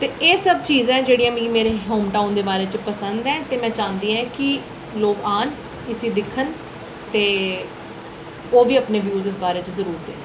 ते एह् सब चीजां जेह्ड़ियां मिगी मेरे होम टाउन दे बारे च पसंद ऐ ते में चांह्दी आं कि लोक औन इसी दिक्खन ते ओह् बी अपने व्यूज इस बारे च जरूर देन